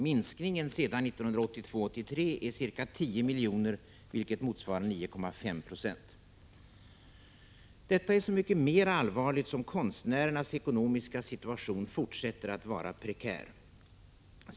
Minskningen sedan 1982/83 är ca 10 milj.kr., vilket motsvarar 9,5 96. Detta är så mycket mera allvarligt som konstnärernas ekonomiska situation fortsätter att vara prekär.